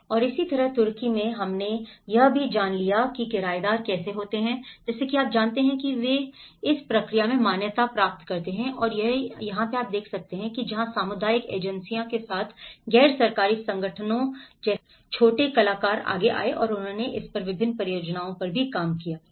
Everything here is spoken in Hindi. और इसी तरह तुर्की में हमने यह भी जान लिया है कि किराएदार कैसे होते हैं आप जानते हैं कि वे नहीं हैं इस प्रक्रिया में मान्यता प्राप्त है और यही वह जगह है जहाँ सामुदायिक एजेंसियों के साथ गैर सरकारी संगठनों जैसे छोटे कलाकार आगे आए और उन्होंने इस पर विभिन्न परियोजनाओं पर भी काम किया ठीक है